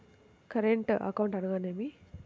Current account అనగా ఏమిటి?